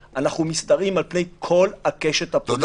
אנחנו משתרעים על פני כל הקשת הפוליטית בלי יוצא מן הכלל.